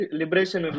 liberation